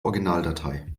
originaldatei